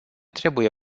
trebuie